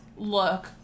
look